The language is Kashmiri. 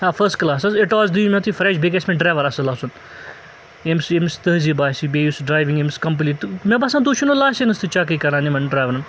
آ فٔس کلاس حظ اِٹاس دِیِو مےٚ تُہۍ فرٛٮ۪ش بیٚیہِ گژھِ مےٚ ڈرٛیوَر اَصٕل آسُن ییٚمِس یٚیمِس تہذیٖب آسہِ بیٚیہِ یُس ڈرٛایوِنٛگ ییٚمِس کَمپٕلیٖٹ تہٕ مےٚ باسان تُہۍ چھُو نہٕ لایسٮ۪نٕس تہِ چَکٕے کَران یِمَن ڈرٛیورَن